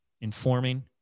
informing